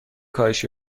کاهش